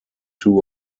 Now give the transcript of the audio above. two